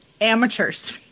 amateurs